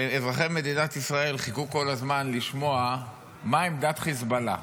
אזרחי מדינת ישראל חיכו כל הזמן לשמוע מה עמדת חיזבאללה.